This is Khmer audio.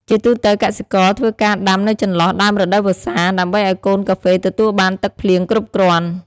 ជាទូទៅ កសិករធ្វើការដាំនៅចន្លោះដើមរដូវវស្សា ដើម្បីឱ្យកូនកាហ្វេទទួលបានទឹកភ្លៀងគ្រប់គ្រាន់។